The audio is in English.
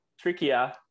trickier